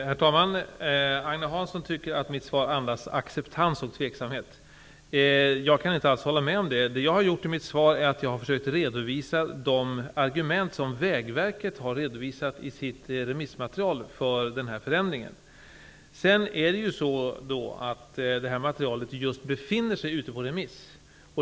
Herr talman! Agne Hansson tycker att mitt svar andas acceptans och tveksamhet. Jag kan inte alls hålla med om det. I mitt svar har jag försökt redovisa de argument för den här förändringen som Vägverket har redovisat i sitt remissmaterial. Det här materialet befinner sig ute på remiss.